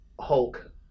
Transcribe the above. Hulk